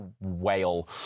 whale